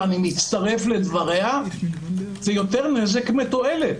ואני מצטרף לדבריה זה יותר נזק מתועלת.